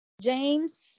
James